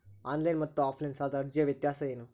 Online ಮತ್ತು offline ಸಾಲದ ಅರ್ಜಿಯ ವ್ಯತ್ಯಾಸ ಏನು?